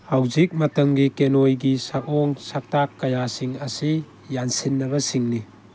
ꯍꯧꯖꯤꯛ ꯃꯇꯝꯒꯤ ꯀꯦꯅꯣꯏꯒꯤ ꯁꯛꯑꯣꯡ ꯁꯛꯇꯥꯛ ꯀꯌꯥꯁꯤꯡ ꯑꯁꯤ ꯌꯥꯟꯁꯤꯟꯅꯕꯁꯤꯡꯅꯤ